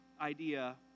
idea